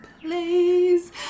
please